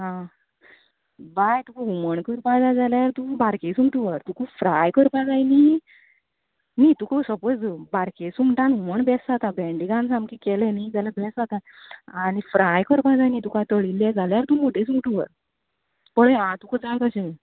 आं बाय तुका हुमण करपा जाय जाल्यार तूं बारके सुंगटा व्हर ती फ्राय करपाक जाय न्ही न्ही तुका सपाॅज बारके सुंगटान हुमण सामकें बेस्ट जाता भेंडें घालन केलें न्ही सामकें बेश्ट जाता आनी फ्राय करपाक जाय न्ही तुका तळिल्लें जाल्यार तूं मोटेलीं सुंगटा व्हर पळय आं तुका जाय तशें